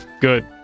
Good